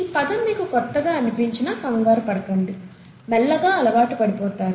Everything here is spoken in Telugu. ఈ పదం మీకు కొత్తగా అనిపించినా కంగారు పడకండి మెల్లగా అలవాటు పడిపోతారు